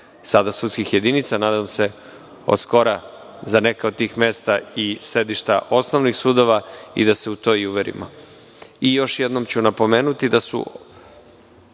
sada sudskih jedinica, nadam se od skora za neka od tih mesta i sedišta osnovnih sudova, i da se u to i uverimo. Još jednom ću napomenuti, imate